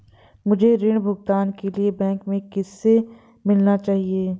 मुझे ऋण भुगतान के लिए बैंक में किससे मिलना चाहिए?